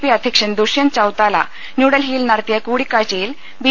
P അധ്യക്ഷൻ ദുഷ്യന്ത് ചൌത്താല ന്യൂഡൽഹി യിൽ നടത്തിയ കൂടിക്കാഴ്ചയിൽ ബി